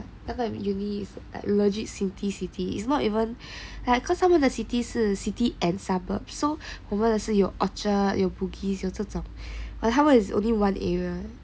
那个 uni is a legit city city it's not even like cause some of 他们的 city 是 city and suburbs so 我们的是有的 orchard 有 bugis 有这种 but 他们是 only one area